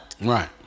Right